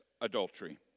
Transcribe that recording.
adultery